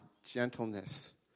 gentleness